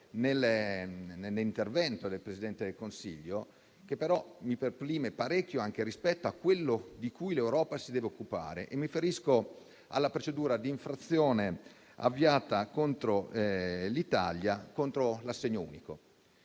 nell'intervento del Presidente del Consiglio, che però mi lascia parecchio perplesso, anche rispetto a quello di cui l'Europa si deve occupare: mi riferisco alla procedura di infrazione avviata contro l'Italia sull'assegno unico.